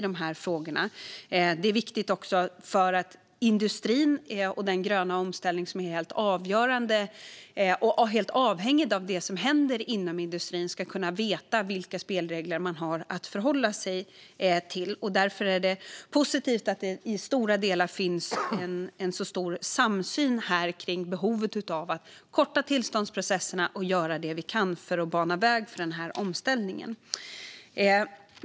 Det är också viktigt för industrin och den gröna omställning som är helt avhängig av det som händer. Man ska inom industrin veta vilka spelregler man har att förhålla sig till. Därför är det positivt att det i stora delar finns en stor samsyn om behovet av att korta tillståndsprocesserna och göra det vi kan för att bana väg för omställningen.